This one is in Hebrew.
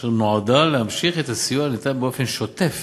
אשר נועדה להמשיך את הסיוע הניתן באופן שוטף